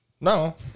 No